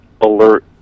Alert